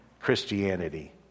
Christianity